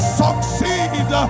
succeed